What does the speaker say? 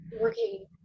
working